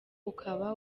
ukaba